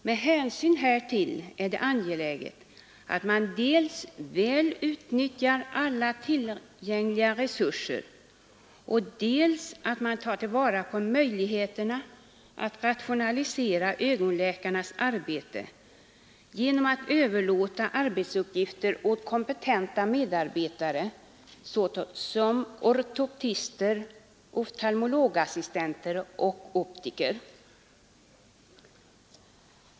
Med hänsyn härtill är det angeläget att man dels väl utnyttjar alla tillgängliga resurser, dels tar till vara möjligheterna att rationalisera ögonläkarnas arbete genom att överlåta arbetsuppgifter åt kompetenta medarbetare såsom ortoptister, oftalmologassistenter och optiker.